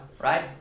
right